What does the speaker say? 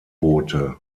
boote